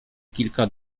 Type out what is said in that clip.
kilka